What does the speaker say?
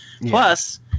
Plus